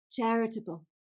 charitable